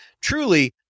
truly